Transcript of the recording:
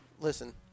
Listen